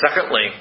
secondly